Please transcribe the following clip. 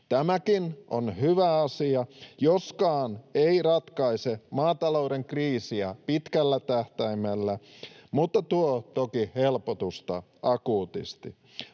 Tämäkin on hyvä asia, joskaan se ei ratkaise maatalouden kriisiä pitkällä tähtäimellä mutta tuo toki helpotusta akuutisti.